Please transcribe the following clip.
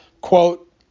quote